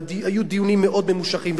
והיו דיונים מאוד ממושכים,